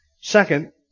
Second